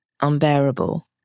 unbearable